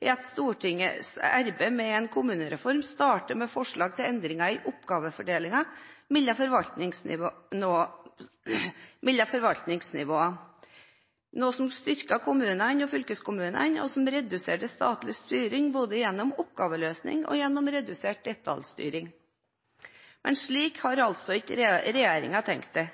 er at Stortingets arbeid med en kommunereform starter med forslag til endringer i oppgavefordelingen mellom forvaltningsnivåene, noe som styrker kommunene og fylkeskommunene, og som reduserer statlig styring både gjennom oppgaveløsning, og gjennom redusert detaljstyring. Men slik har altså ikke regjeringen tenkt det.